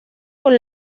con